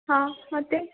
ಹಾಂ ಮತ್ತೆ